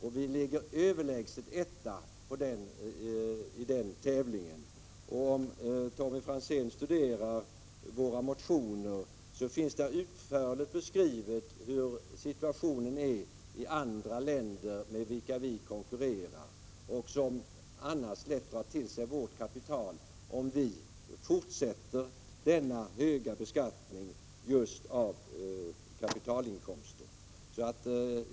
Sverige ligger överlägset etta i en tävling härvidlag. Om Tommy Franzén studerar våra motioner finner han att det där utförligt har beskrivits hur situationen är i länder, med vilka Sverige konkurrerar. Dessa länder drar lätt till sig vårt kapital, om vi fortsätter med denna höga beskattning just av kapitalinkomster.